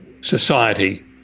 society